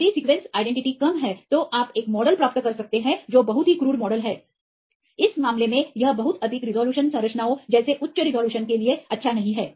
यदि अनुक्रम पहचान कम है तो आप एक मॉडल प्राप्त कर सकते हैं जो बहुत ही क्रूड मॉडल है इस मामले में यह बहुत अधिक रिज़ॉल्यूशन संरचनाओं जैसे उच्च रिज़ॉल्यूशन के लिए अच्छा नहीं है